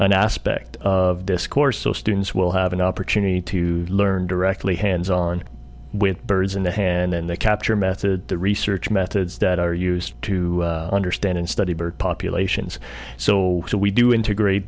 an aspect of this course so students will have an opportunity to learn directly hands on with birds in the hand then they capture method research methods that are used to understand and study bird populations so that we do integrate